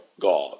God